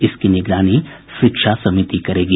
इसकी निगरानी शिक्षा समिति करेगी